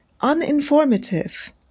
uninformative